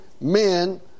men